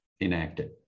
enacted